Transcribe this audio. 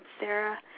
Sarah